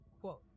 Quote